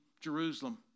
Jerusalem